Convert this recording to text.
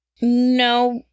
No